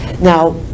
Now